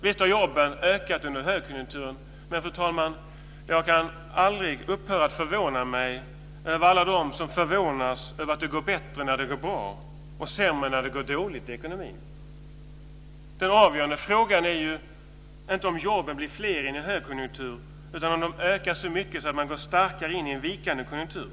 Visst har antalet jobb ökat under högkonjunkturen. Men, fru talman, jag kan aldrig upphöra att förvånas över alla som förvånas över att det går bättre när det går bra och sämre när det går dåligt i ekonomin. Den avgörande frågan är ju inte om jobben blir fler i en högkonjunktur utan om de ökar så mycket att man går starkare in i en vikande konjunktur.